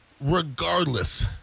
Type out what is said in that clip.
Regardless